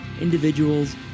individuals